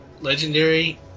legendary